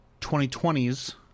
2020s